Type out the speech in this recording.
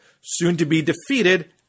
soon-to-be-defeated